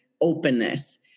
openness